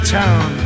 town